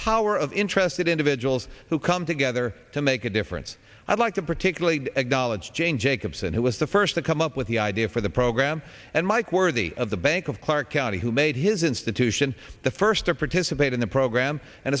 power of interested individuals who come together to make a difference i'd like to particularly a doll it's jane jacobson who was the first to come up with the idea for the program and mike worthy of the bank of clark county who made his institution the first to participate in the program and